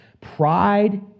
Pride